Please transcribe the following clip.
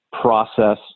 process